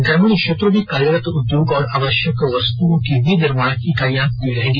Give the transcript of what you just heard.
ग्रामीण क्षेत्रों में कार्यरत उद्योग और आवश्यक वस्तुओं की विनिर्माण इकाईयां खुली रहेंगी